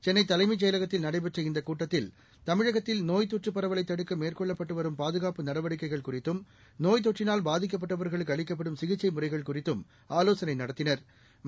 சென்னை தலைமைச் செயலகத்தில் நடைபெற்ற இந்த கூட்டத்தில் தமிழகத்தில் நோய் தொற்று பரவலை தடுக்க மேற்கொள்ளப்பட்டு வரும் பாதுகாப்பு நடவடிக்கைகள் குறித்தும் நோய் தொற்றினால் பாதிக்கப்பட்டவா்களுக்கு அளிக்கப்படும் சிகிச்சை முறைகள் குறித்தும் ஆலோசனை நடத்தினா்